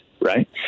right